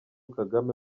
kagame